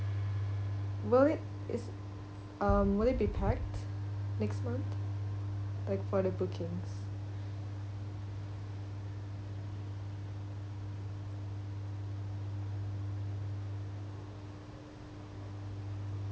will it is um will it be packed next month like for the bookings